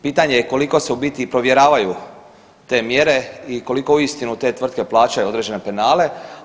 Pitanje je koliko se u biti provjeravaju te mjere i koliko uistinu te tvrtke plaćaju određene penale.